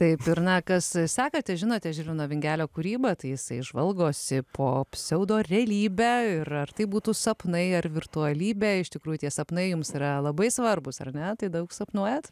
taip ir na kas sekate žinote žilvino vingelio kūrybą tai jisai žvalgosi po pseudorealybę ir ar tai būtų sapnai ar virtualybė iš tikrųjų tie sapnai jums yra labai svarbūs ar ne tai daug sapnuojat